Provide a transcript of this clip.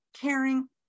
caring